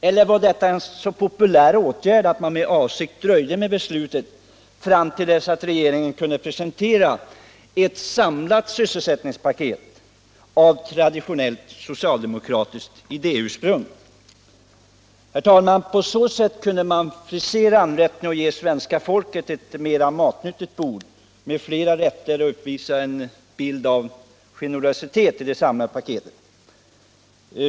Eller var detta en så populär åtgärd att man med avsikt dröjde med beslutet fram till dess att regeringen kunde presentera ett samlat sysselsättningspaket av traditionellt socialdemokratiskt idéursprung? På så sätt kunde man, herr talman, frisera anrättningen, ge svenska folket ett mera matnyttigt bord med flera rätter och genom det samlade paketet ge intryck av generositet.